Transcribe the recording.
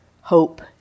hope